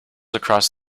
across